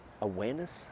awareness